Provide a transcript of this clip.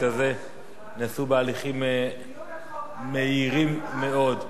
שעברו גם בבית הזה ונעשו בהליכים מהירים מאוד.